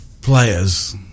players